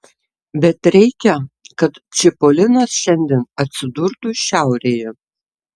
bet reikia kad čipolinas šiandien atsidurtų šiaurėje